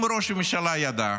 אם ראש הממשלה ידע,